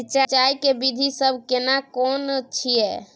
सिंचाई के विधी सब केना कोन छिये?